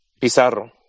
Pizarro